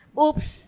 oops